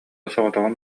соҕотоҕун